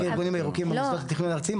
הארגונים הירוקים במוסדות התכנון הארציים,